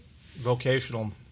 vocational